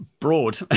broad